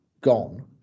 gone